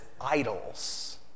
idols